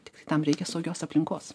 tiktai tam reikia saugios aplinkos